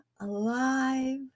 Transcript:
alive